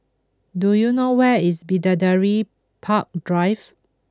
do you know where is Bidadari Park Drive